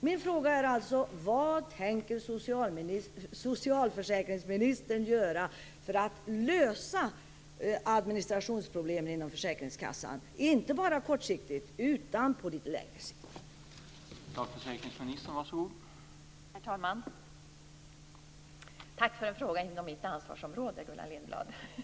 Min fråga är: Vad tänker socialförsäkringsministern göra för att lösa administrationsproblemen inom försäkringskassan - inte bara kortsiktigt utan på litet längre sikt?